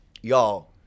Y'all